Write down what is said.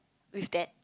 with that